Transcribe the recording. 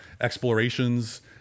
explorations